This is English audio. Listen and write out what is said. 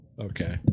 okay